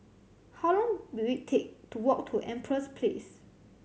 how long will it take to walk to Empress Place